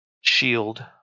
shield